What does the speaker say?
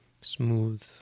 smooth